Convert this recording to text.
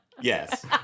Yes